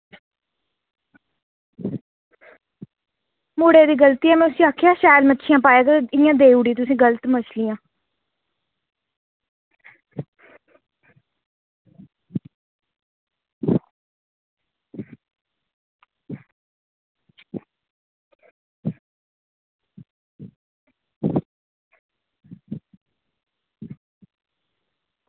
मुडे दी गल्ती ऐ में उसी आक्खेआ शैल मच्छलियां पाए ते इयां देई ओड़ी तुसें गल्त मच्छिलयां